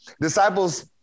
Disciples